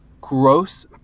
gross